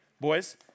boys